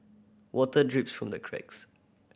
water drips from the cracks